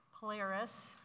Polaris